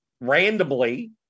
randomly